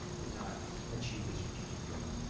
did not achieve a strategic purpose.